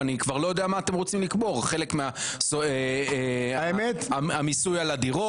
אני כבר לא יודע מה אתם רוצים לקבור חלק מהמיסוי על הדירות.